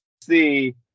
see